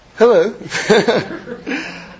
Hello